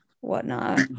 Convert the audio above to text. whatnot